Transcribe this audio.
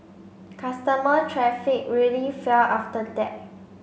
customer traffic really fell after that